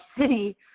city